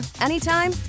anytime